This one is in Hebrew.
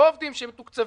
לא עובדים שמתוקצבים,